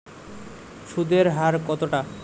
সুদের হার কতটা?